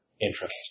interest